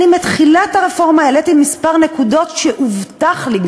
מתחילת הרפורמה העליתי כמה נקודות שהובטח לי,